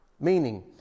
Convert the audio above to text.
Meaning